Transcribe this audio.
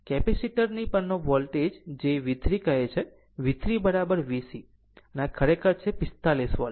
capacitor ની પરનો voltage જે V 3 કહે છે V3V c છે અને આ ખરેખર છે 45 વોલ્ટ